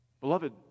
Beloved